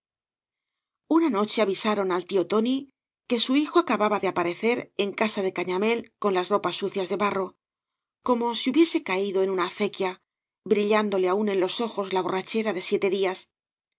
una noche avisaron al tío tóoi que su hijo acababa de aparecer en casa de cañamél con las ropas sucias de barro como si hubiese caldo en una acequia brillándole aún en los ojos la borrachera de siete dias